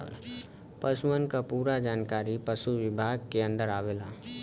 पसुअन क पूरा जानकारी पसु विभाग के अन्दर आवला